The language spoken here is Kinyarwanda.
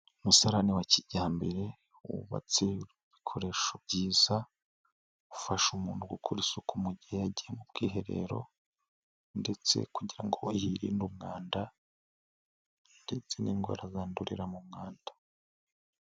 Umusaranie wa kijyambere wubatse uriho ibikoresho byiza, ufasha umuntu gukora isuku mu gihe yagiye mu bwiherero ndetse kugira ngo yirinde umwanda ndetse n'indwara zandurira mu mwanda.